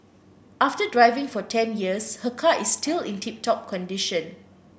after driving for ten years her car is still in tip top condition